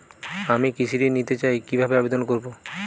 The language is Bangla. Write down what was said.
আমি কৃষি ঋণ নিতে চাই কি ভাবে আবেদন করব?